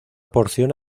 porción